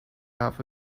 have